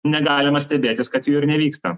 negalima stebėtis kad jų ir nevyksta